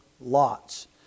lots